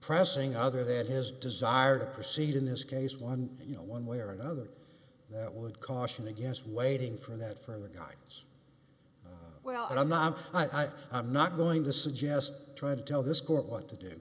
pressing other than his desire to proceed in this case one you know one way or another that would caution against waiting for that from the gods well i'm not i'm i'm not going to suggest trying to tell this court what to do